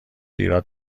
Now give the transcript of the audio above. ایراد